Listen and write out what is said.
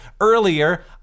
earlier